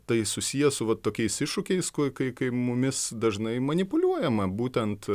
tai susiję su va tokiais iššūkiais kai kai mumis dažnai manipuliuojama būtent